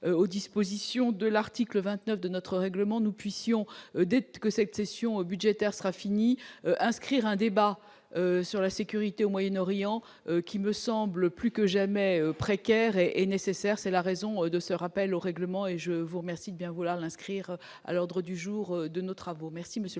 aux dispositions de l'article 29 de notre règlement nous puissions que cette session budgétaire sera finie inscrire un débat sur la sécurité au Moyen-Orient qui me semble plus que jamais précaire et et nécessaire, c'est la raison de ce rappel au règlement et je vous remercie de bien vouloir inscrire à l'ordre du jour de nos travaux,